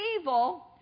evil